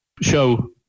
show